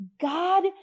God